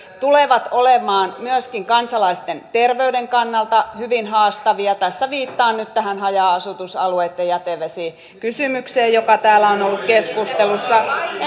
tulevat olemaan kansalaisten terveyden kannalta hyvin haastavia tässä viittaan nyt tähän haja asutusalueitten jätevesikysymykseen joka täällä on ollut keskustelussa